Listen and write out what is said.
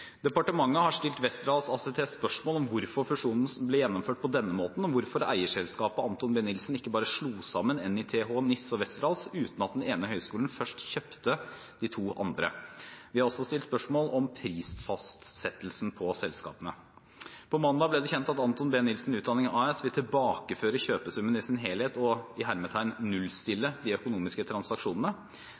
Departementet har stilt Westerdals ACT spørsmål om hvorfor fusjonen ble gjennomført på denne måten, og hvorfor eierselskapet Anthon B Nilsen ikke bare slo sammen NITH, NISS og Westerdals uten at den ene høyskolen først kjøpte de to andre. Vi har også stilt spørsmål om prisfastsettelsen på selskapene. På mandag ble det kjent at Anthon B Nilsen Utdanning AS vil tilbakeføre kjøpesummen i sin helhet og «nullstille» de økonomiske transaksjonene.